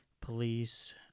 Police